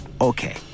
Okay